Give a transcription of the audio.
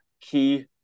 key